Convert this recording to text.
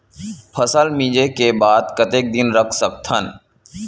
फसल मिंजे के बाद कतेक दिन रख सकथन?